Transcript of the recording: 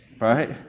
right